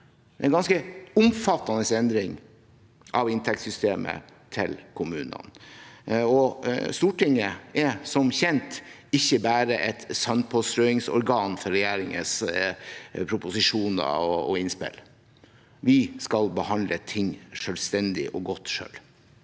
Det er en ganske omfattende endring av inntektssystemet til kommunene, og Stortinget er som kjent ikke bare et sandpåstrøingsorgan for regjeringens proposisjoner og innspill. Vi skal behandle ting selvstendig og godt selv.